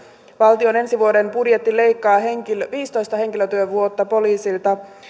valtion ensi vuoden budjetti leikkaa viisitoista henkilötyövuotta poliisilta